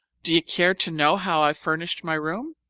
do you care to know how i've furnished my room?